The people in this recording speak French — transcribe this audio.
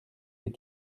des